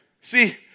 See